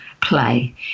play